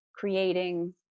Creating